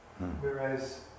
Whereas